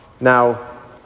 Now